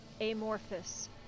amorphous